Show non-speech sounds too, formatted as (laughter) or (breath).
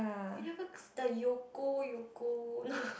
you never the yoko yoko no (breath)